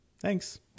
Thanks